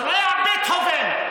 שומע בטהובן,